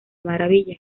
maravilla